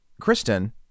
Kristen